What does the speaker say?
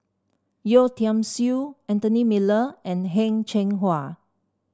Yeo Tiam Siew Anthony Miller and Heng Cheng Hwa